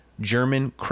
German